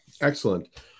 excellent